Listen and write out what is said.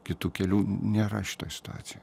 kitų kelių nėra šitoj situacijoj